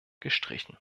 gestrichen